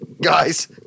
guys